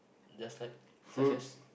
just like such as